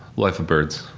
life of birds.